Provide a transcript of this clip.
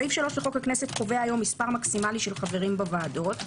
סעיף 3 לחוק הכנסת קובע היום מספר מקסימלי של חברים בוועדות,